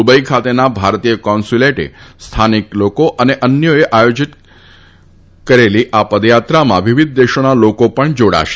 Dubai ખાતેના ભારતીય consulate સ્થાનિક લોકો અને અન્યોએ આયોજીત કરનારી આ પદયાત્રામાં વિવિધ દેશોના લોકો પણ જોડાશે